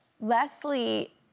Leslie